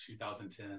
2010